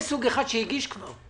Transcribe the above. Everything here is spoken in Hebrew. יש סוג אחד שהגיש כבר,